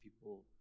people